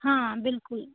हाँ बिलकुल